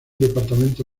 departamento